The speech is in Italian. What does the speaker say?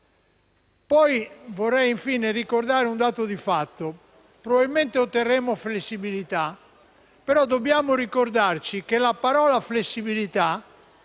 Vorrei, infine, ricordare un dato di fatto. Probabilmente otterremo flessibilità, ma dobbiamo ricordarci che la parola «flessibilità»